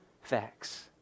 facts